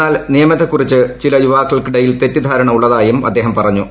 എന്നാൽ നിയമത്തെക്കുറിച്ച് ചില യുവാക്കൾക്കിടയിൽ തെറ്റിദ്ധാരണ ഉള്ളതായും അദ്ദേഹം പറഞ്ഞു